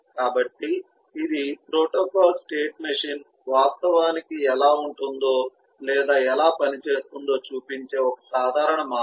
కాబట్టి ఇది protocol state machine వాస్తవానికి ఎలా ఉంటుందో లేదా ఎలా పనిచేస్తుందో చూపించే ఒక సాధారణ మార్గం